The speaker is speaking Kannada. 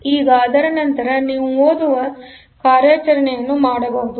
ಈಗ ಅದರ ನಂತರ ನೀವು ಓದುವ ಕಾರ್ಯಾಚರಣೆಯನ್ನು ಮಾಡಬಹುದು